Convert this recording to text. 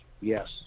yes